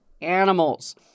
animals